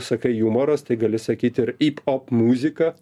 sakai jumoras tai gal sakyt ir yp op muzika